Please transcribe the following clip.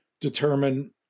determine